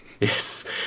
Yes